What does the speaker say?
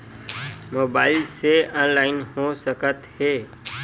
Mobile से online हो सकत हे?